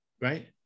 right